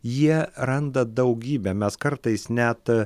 jie randa daugybę mes kartais net